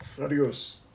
Adios